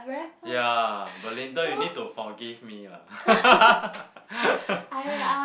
ya Belinda you need to forgive me lah